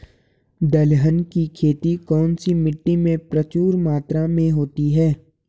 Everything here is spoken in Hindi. दलहन की खेती कौन सी मिट्टी में प्रचुर मात्रा में होती है?